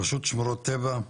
רשות שמורות טבע?